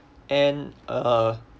and uh